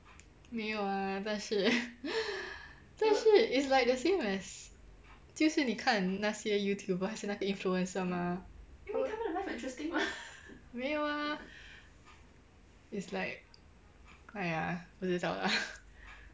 没有啊但是但是 it's like the same as 就是你看那些 youtuber 还是那个 influencer mah 没有啊 it's like !aiya! 不知道 lah